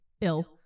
ill